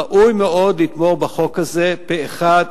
ראוי מאוד לתמוך בחוק הזה פה אחד,